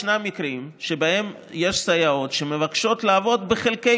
ישנם מקרים שבהם סייעות מבקשות לעבוד בחלקי